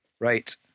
right